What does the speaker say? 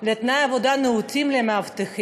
של תנאי עבודה נאותים למאבטחים.